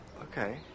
Okay